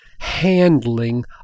handling